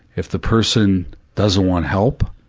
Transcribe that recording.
if the person doesn't want help,